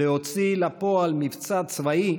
להוציא לפועל מבצע צבאי,